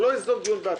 הוא לא ייזום דיון בעצמו.